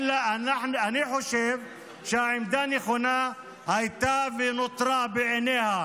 אני חושב שהעמדה הנכונה הייתה ונותרה בעינה: